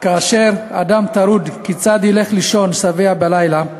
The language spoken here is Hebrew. כאשר אדם טרוד כיצד ילך לישון בלילה שבע,